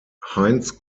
heinz